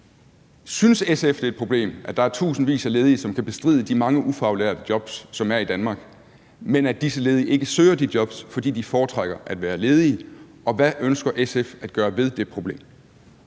Synes SF, det er et problem, at der er tusindvis af ledige, som kan bestride de mange ufaglærte jobs, som er i Danmark, men at disse ledige ikke søger de jobs, fordi de foretrækker at være ledig, og hvad ønsker SF at gøre ved det problem?